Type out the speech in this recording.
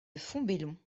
fontbellon